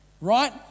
right